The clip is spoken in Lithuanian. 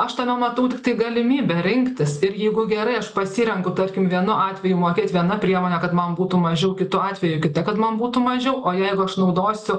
aš tame matau tiktai galimybę rinktis ir jeigu gerai aš pasirenku tarkim vienu atveju mokėt viena priemone kad man būtų mažiau kitu atveju kita kad man būtų mažiau o jeigu aš naudosiu